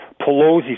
Pelosi